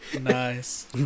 Nice